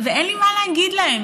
ואין לי מה להגיד להם.